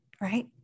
right